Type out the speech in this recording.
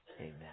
Amen